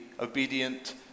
obedient